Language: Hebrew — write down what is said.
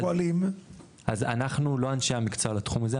אז אנחנו לא אנשי המקצוע לתחום הזה,